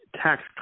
tax